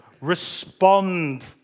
Respond